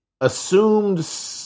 assumed